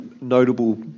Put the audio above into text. notable